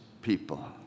people